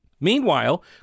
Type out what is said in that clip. Meanwhile